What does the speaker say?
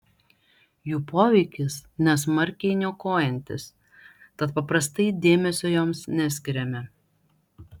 jų poveikis nesmarkiai niokojantis tad paprastai dėmesio joms neskiriame